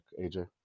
AJ